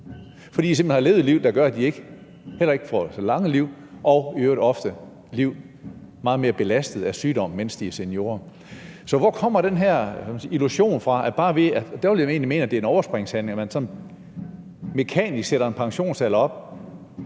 hen har levet et liv, der gør, at de ikke får så lange liv og i øvrigt ofte liv, der er meget mere belastede af sygdom, mens de er seniorer. Så hvor kommer den her illusion fra, at man bare – og der vil jeg egentlig mene, at det er en overspringshandling – sådan mekanisk kan sætte en pensionsalder op